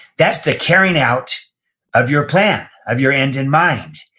that's the carrying out of your plan, of your end in mind.